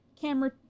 camera